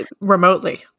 remotely